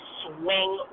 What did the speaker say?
swing